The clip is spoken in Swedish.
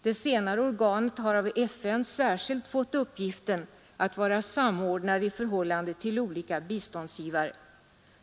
Det senare organet har av FN särskilt fått uppgiften att vara samordnare i förhållande till olika biståndsgivare.